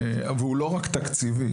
והוא לא רק תקציבי,